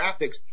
graphics